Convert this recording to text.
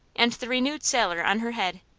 and the renewed sailor on her head,